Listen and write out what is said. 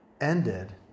ended